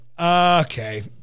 Okay